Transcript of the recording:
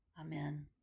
Amen